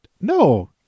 no